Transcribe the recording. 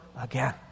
again